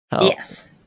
Yes